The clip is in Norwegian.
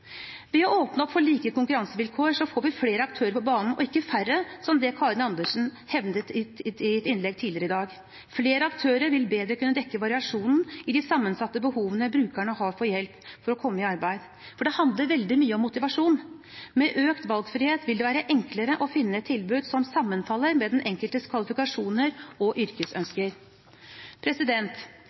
Ved å åpne opp for like konkurransevilkår får vi flere aktører på banen og ikke færre, som Karin Andersen hevdet i et innlegg tidligere i dag. Flere aktører vil bedre kunne dekke variasjonen i de sammensatte behovene brukerne har for hjelp til å komme i arbeid. Det handler veldig mye om motivasjon. Med økt valgfrihet vil det være enklere å finne et tilbud som sammenfaller med den enkeltes kvalifikasjoner og yrkesønsker.